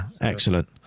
excellent